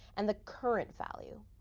and the current value,